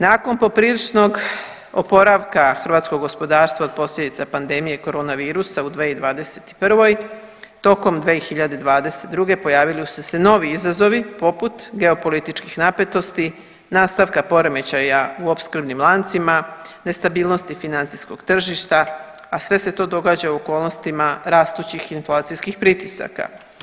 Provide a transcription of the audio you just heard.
Nakon popriličnog oporavka hrvatskog gospodarstva od posljedica pandemije corona virusa u 2021. tokom 2022. pojavili su se novi izazovi poput geopolitičkih napetosti, nastavka poremećaja u opskrbnim lancima, nestabilnosti financijskog tržišta a sve se to događa u okolnostima rastućih inflacijskih pritisaka.